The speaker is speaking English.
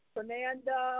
Fernanda